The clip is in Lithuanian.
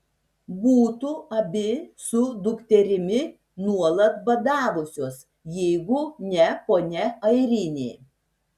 būtų abi su dukterimi nuolat badavusios jeigu ne ponia airinė